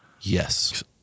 Yes